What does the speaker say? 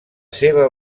seva